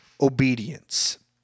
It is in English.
obedience